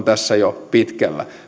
tässä jo pitkällä